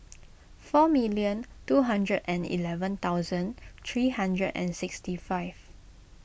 four million two hundred and eleven thousand three hundred and sixty five